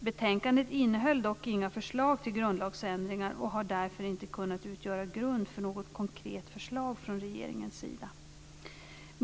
Betänkandet innehöll dock inga förslag till grundlagsändringar och har därför inte kunnat utgöra grund för något konkret förslag från regeringens sida.